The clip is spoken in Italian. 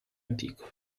antico